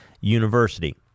University